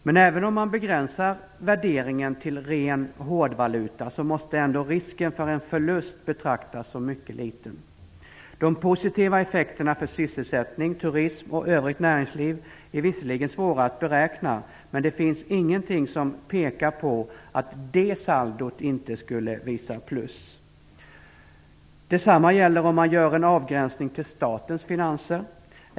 Men även om man begränsar värderingen till ren "hårdvaluta" måste risken för en förlust betraktas som mycket liten. De positiva effekterna för sysselsättning, turism och övrigt näringsliv är visserligen svåra att beräkna, men det finns ingenting som pekar på att det saldot inte skulle visa plus. Detsamma gäller om man gör en avgränsning till statens finanser.